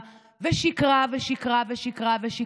ושיקרה, ושיקרה, ושיקרה, ושיקרה,